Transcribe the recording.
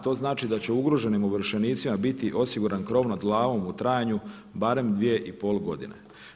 To znači da će ugroženim ovršenicima biti osiguran krov nad glavom u trajanju barem dvije i pol godine.